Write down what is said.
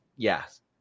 Yes